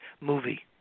movie